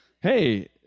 Hey